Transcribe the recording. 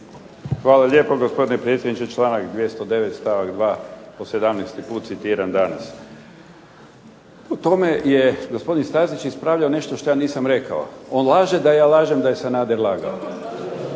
Hvala lijepo gospodine potpredsjedniče. Članak 209. stavak 2., po 17 put citiram danas. U tome je gospodin Stazić ispravljao nešto što ja nisam rekao. On laže da ja lažem da je Sanader lagao.